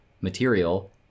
material